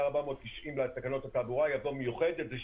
490(א) לתקנות התעבורה" יבוא "מיוחדת"." זה,